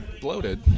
bloated